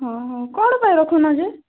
ହଁ ହଁ କଣ ପାଇଁ ରଖୁନ ଯେ